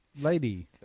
Lady